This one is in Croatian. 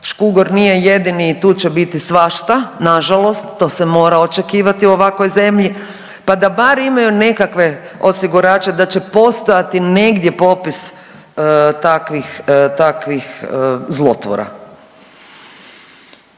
Škugor nije jedini, tu će biti svašta. Na žalost, to se mora očekivati u ovakvoj zemlji, pa da bar imaju nekakve osigurače da će postojati negdje popis takvih zlotvora.